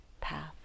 path